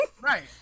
right